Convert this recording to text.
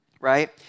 right